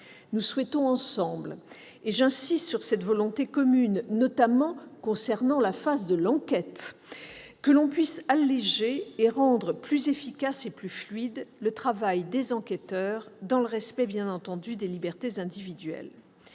Nous souhaitons ensemble - j'insiste sur cette volonté commune, concernant notamment la phase de l'enquête - que l'on puisse alléger et rendre plus efficace et plus fluide le travail des enquêteurs, dans le respect des libertés individuelles.